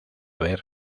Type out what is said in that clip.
ver